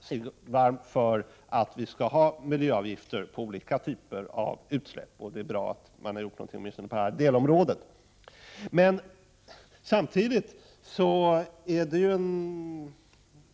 Herr talman! Jag tackar för de kompletterande synpunkterna, som är riktiga. Jag ger gärna regeringen eloge för att den har infört en miljöavgift på inrikesflyget. Centern har, som statsrådet vet, under flera år talat sig varm för att vi skall ha miljöavgifter på olika typer av utsläpp. Det är således bra att man har gjort någonting på åtminstone detta delområde.